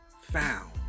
found